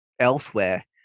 elsewhere